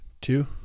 two